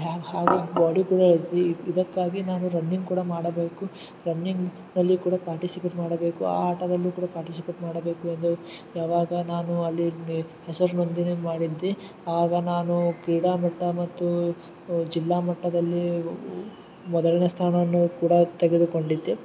ಹ್ಯಾಗೆ ಹಾಗು ಬಾಡಿ ಕೂಡ ಇಳ್ದಿದ್ದು ಇದಕ್ಕಾಗಿ ನಾನು ರನ್ನಿಂಗ್ ಕೂಡ ಮಾಡಬೇಕು ರನ್ನಿಂಗ್ ಅಲ್ಲಿ ಕೂಡ ಪಾರ್ಟಿಸಿಪೇಟ್ ಮಾಡಬೇಕು ಆ ಆಟದಲ್ಲು ಕೂಡ ಪಾರ್ಟಿಸಿಪೇಟ್ ಮಾಡಬೇಕು ಎಂದು ಯಾವಾಗ ನಾನು ಅಲ್ಲಿ ಹಿಂದೆ ಹೆಸರು ನೊಂದಣಿ ಮಾಡಿದ್ದೆ ಆಗ ನಾನು ಕ್ರೀಡಾ ಮಟ್ಟ ಮತ್ತು ಜಿಲ್ಲಾ ಮಟ್ಟದಲ್ಲೀ ಮೊದಲನೇ ಸ್ಥಾನವನ್ನು ಕೂಡ ತಗೆದುಕೊಂಡಿದ್ದೆ